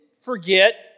forget